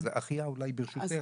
אז אחיה אולי ברשותך.